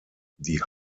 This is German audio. die